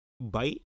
bite